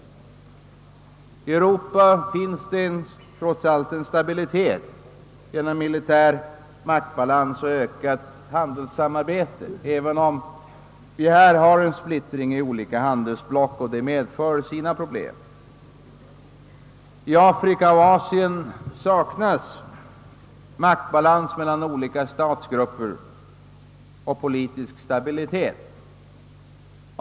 I Europa finns trots allt en stabilitet genom militär maktbalans och ökat handelssamarbete, även om en splittring i olika handelsblock medför sina problem. I Afrika och Asien saknas maktbalans mellan olika statsgrupper och politisk stabilitet.